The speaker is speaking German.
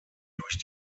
durch